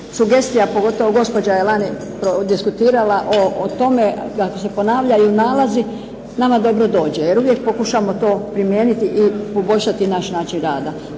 ne razumije se./… prodiskutirala o tome kako se ponavljaju nalazi, nama dobro dođe. Jer uvijek pokušamo to primijeniti i poboljšati naš način rada.